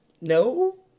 No